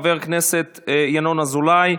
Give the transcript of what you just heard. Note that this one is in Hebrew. חבר הכנסת ינון אזולאי,